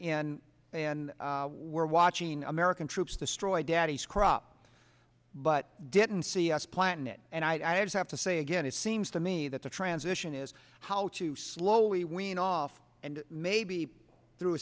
and then were watching american troops destroy daddy's crop but didn't see us plan it and i have to say again it seems to me that the transition is how to slowly wean off and maybe through